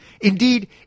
indeed